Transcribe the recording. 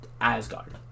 Asgard